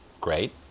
Great